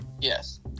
Yes